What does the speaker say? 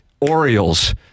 Orioles